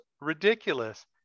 ridiculous